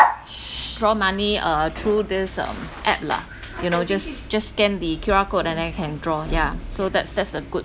draw money uh through this um app lah you know just just scan the Q_R code and then can draw yeah so that's that's the good